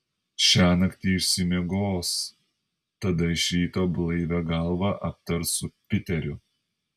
šiąnakt ji išsimiegos tada iš ryto blaivia galva aptars su piteriu